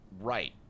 right